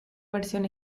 versión